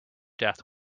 death